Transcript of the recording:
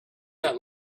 got